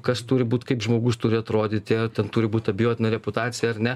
kas turi būt kaip žmogus turi atrodyti ar ten turi būt abejotina reputacija ar ne